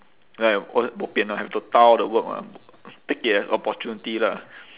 then I cause bo pian ah I have to ta all the work lah take it as opportunity lah